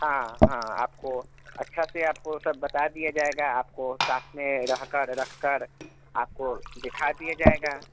हाँ हाँ आपको अच्छा से आपको सब बता दिया जाएगा आपको साथ में रह कर रख कर आपको दिखा दिया जाएगा